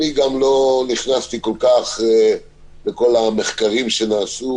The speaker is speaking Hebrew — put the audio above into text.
אני גם לא נכנסתי כל כך לכל המחקרים שנעשו,